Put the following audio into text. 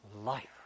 life